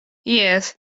jes